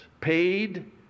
paid